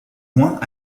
moins